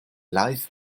life